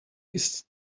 ist